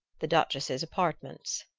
the duchess's apartments,